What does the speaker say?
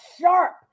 sharp